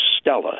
Stella